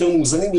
יותר מאוזנים,